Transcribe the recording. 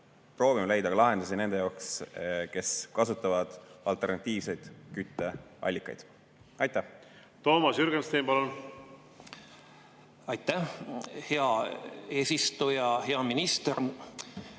proovime leida lahendusi ka nende jaoks, kes kasutavad alternatiivseid kütteallikaid. Toomas Jürgenstein, palun! Aitäh, hea eesistuja! Hea minister!